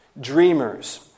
Dreamers